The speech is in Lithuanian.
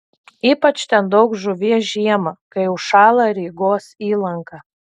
ypač ten daug žuvies žiemą kai užšąla rygos įlanka